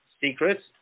secrets